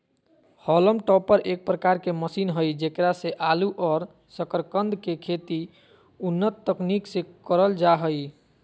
haulm topper एक प्रकार के मशीन हई जेकरा से आलू और सकरकंद के खेती उन्नत तकनीक से करल जा हई